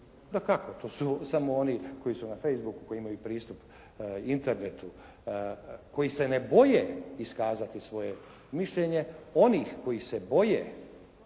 dakako, to su samo oni koji su na facebooku, koji imaju pristup Internetu, koji se ne boje iskazati svoje mišljenje. Onih koji se boje,